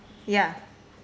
ya